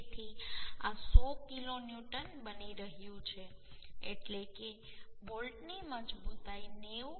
તેથી આ 100 kilo newton બની રહ્યું છે એટલે કે બોલ્ટની મજબૂતાઈ 90